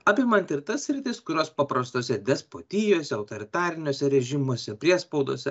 apimanti ir tas sritis kurios paprastose despotijose autoritariniuose režimuose priespaudose